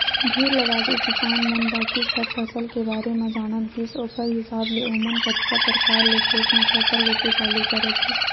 धीर लगाके किसान मन बाकी सब फसल के बारे म जानत गिस ओखर हिसाब ले ओमन कतको परकार ले खेत म फसल लेके चालू करत गिस